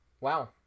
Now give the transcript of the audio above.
Wow